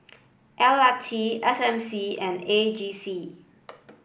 L R T S M C and A G C